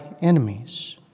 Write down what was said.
enemies